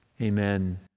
Amen